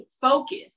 focus